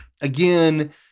again